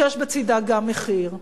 שיש בצדה גם מחיר אישי,